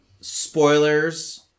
spoilers